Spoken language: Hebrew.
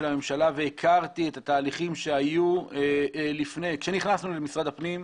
הממשלה והכיר את התהליכים כשנכנסנו למשרד הפנים.